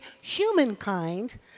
humankind